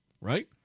Right